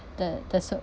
the the so~